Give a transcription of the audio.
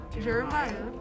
Jeremiah